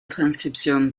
transcription